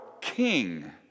king